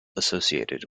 associated